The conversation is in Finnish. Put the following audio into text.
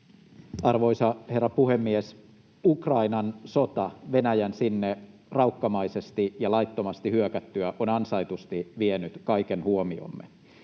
Arvoisa herra puhemies! Ukrainan sota Venäjän sinne raukkamaisesti ja laittomasti hyökättyä on ansaitusti vienyt kaiken huomiomme.